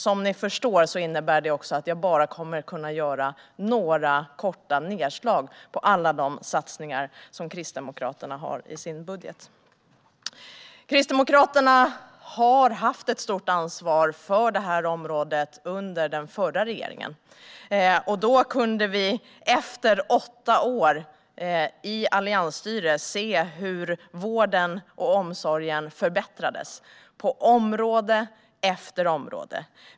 Som ni förstår innebär det att jag bara kommer att kunna göra några korta nedslag i alla de satsningar som Kristdemokraterna har i sin budget. Kristdemokraterna hade ett stort ansvar för detta område under den förra regeringen. Då kunde vi, efter åtta år med alliansstyre, se hur vården och omsorgen förbättrades på område efter område.